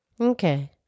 Okay